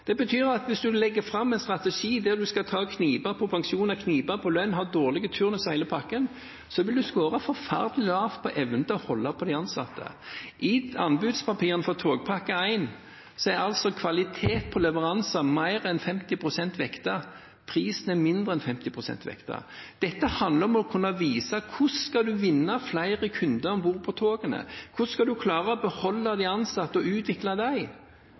Det betyr at hvis en legger fram en strategi der en kniper inn på pensjon og lønn, har dårlige turnuser og hele den pakka, vil en score forferdelig lavt på evnen til å holde på de ansatte. I anbudspapirene for togpakke 1 er kvaliteten på leveranser vektet mer enn 50 pst. Prisen er vektet mindre enn 50 pst. Det handler om å vise hvordan man skal vinne flere kunder om bord på togene, hvordan man skal klare å beholde de ansatte og utvikle dem.